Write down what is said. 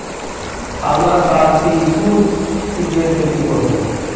अगला साल ती कुन चीजेर खेती कर्बो